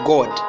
God